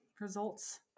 results